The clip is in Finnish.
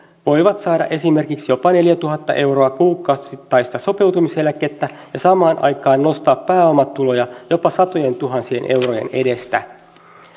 voivat saada esimerkiksi jopa neljätuhatta euroa kuukausittaista sopeutumiseläkettä ja samaan aikaan nostaa pääomatuloja jopa satojen tuhansien eurojen edestä